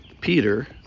Peter